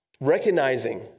Recognizing